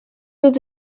dut